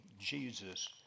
Jesus